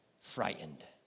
frightened